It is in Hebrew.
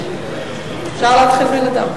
אפשר להתחיל בלעדיו.